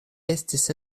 estis